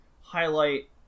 highlight